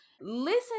Listen